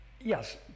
Yes